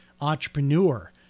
entrepreneur